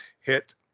hit